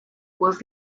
was